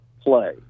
play